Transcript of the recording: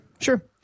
sure